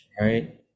Right